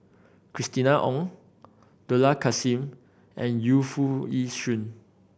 Christina Ong Dollah Kassim and Yu Foo Yee Shoon